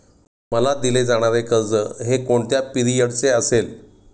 मला दिले जाणारे कर्ज हे कोणत्या पिरियडचे असेल?